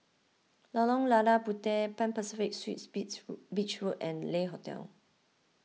Lorong Lada Puteh Pan Pacific Suites Beach Road Beach Road and Le Hotel